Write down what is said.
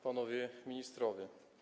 Panowie Ministrowie!